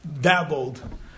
dabbled